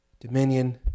dominion